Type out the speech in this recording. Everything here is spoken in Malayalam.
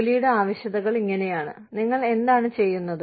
ജോലിയുടെ ആവശ്യകതകൾ ഇങ്ങനെയാണ് നിങ്ങൾ എന്താണ് ചെയ്യുന്നത്